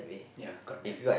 ya condemn